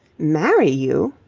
marry you!